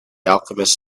alchemist